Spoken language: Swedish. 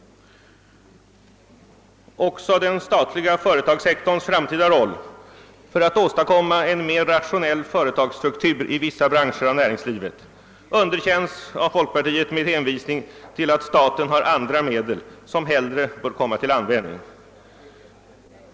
Också den statliga företagssektorns framtida roll för att åstadkomma en mer rationell företagsstruktur i vissa branscher av näringslivet underkänns av folkpartiet med hänvisning till att staten har andra medel, som hellre bör komma till användning.